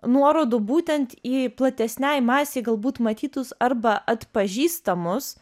nuorodų būtent į platesnei masei galbūt matytus arba atpažįstamus